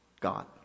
God